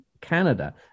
Canada